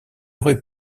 aurait